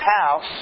house